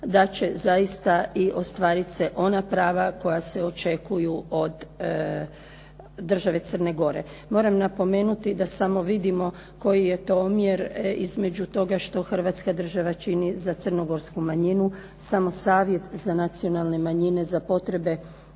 da će i ostvariti se ona prava koja se očekuju od države Crne Gore. Moram napomenuti da samo vidimo koji je to omjer između toga što Hrvatska država čini za crnogorsku manjinu. Sam savjet za Nacionalne manjine za potrebe